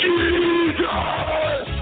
Jesus